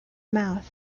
mouth